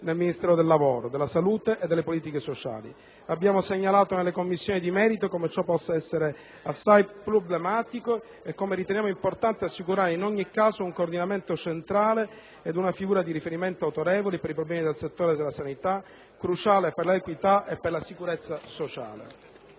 nel Ministero del lavoro, della salute e delle politiche sociali. Abbiamo segnalato nelle Commissioni di merito come ciò possa risultare assai problematico e come riteniamo importante assicurare in ogni caso un coordinamento centrale ed una figura di riferimento autorevole per i problemi del settore sanità, cruciale per l'equità e per la sicurezza sociale.